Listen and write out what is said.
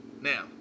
Now